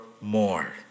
more